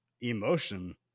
emotion